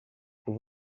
por